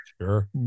sure